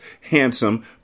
handsome